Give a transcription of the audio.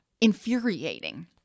infuriating